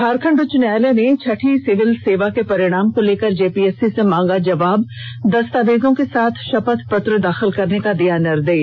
झारखंड उच्च न्यायालय ने छठी सिविल सेवा के परिणाम को लेकर जेपीएससी से मांगा जवाब दस्तावेजों के साथ शपथ पत्र दाखिल करने का दिया निर्देश